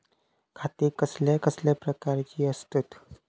खाते कसल्या कसल्या प्रकारची असतत?